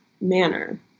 manner